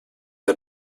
der